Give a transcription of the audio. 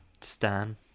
stan